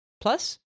Plus